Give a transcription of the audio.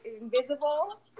invisible